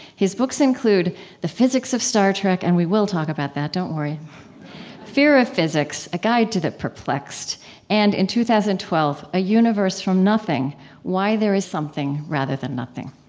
his books include the physics of star trek and we will talk about that, don't worry fear of physics a guide to the perplexed and, in two thousand and twelve, a universe from nothing why there is something rather than nothing.